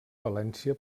valència